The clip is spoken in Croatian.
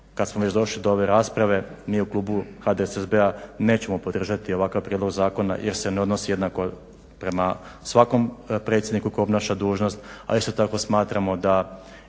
kad smo već došli do ove rasprave mi u klubu HDSSB-a nećemo podržati ovakav prijedlog zakona jer se ne odnosi jednako prema svakom predsjedniku koji obnaša dužnost. Ali isto tako smatramo da